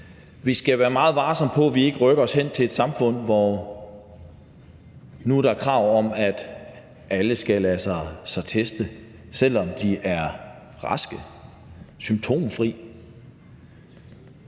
Vi skal være meget varsomme med, at vi ikke rykker os hen til at blive et samfund, hvor der bliver krav om, at alle skal lade sig teste, selv om de er raske og symptomfri.